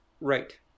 Right